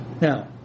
Now